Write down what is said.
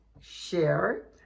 share